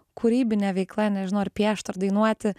kūrybinė veikla nežinau ar piešt ar dainuoti